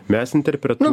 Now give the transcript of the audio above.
mes interpretuojam